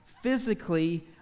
physically